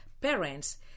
parents